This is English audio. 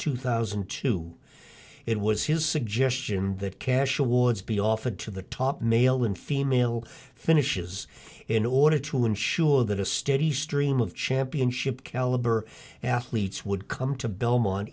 two thousand and two it was his suggestion that cash awards be offered to the top male and female finishes in order to ensure that a steady stream of championship caliber athletes would come to belmont